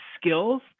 skills